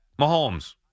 Mahomes